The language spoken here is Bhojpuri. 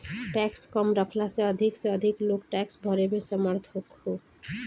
टैक्स कम रखला से अधिक से अधिक लोग टैक्स भरे में समर्थ होखो